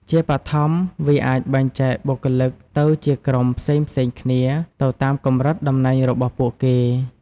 ជាបឋម វាអាចបែងចែកបុគ្គលិកទៅជាក្រុមផ្សេងៗគ្នា ទៅតាមកម្រិតតំណែងរបស់ពួកគេ។